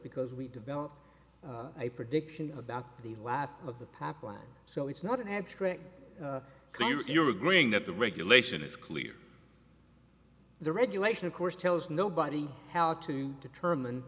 because we developed a prediction about the last of the pipeline so it's not an abstract because you're agreeing that the regulation is clear the regulation of course tells nobody held to determine